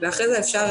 ואחרי זה אפשר,